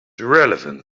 relevant